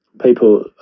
people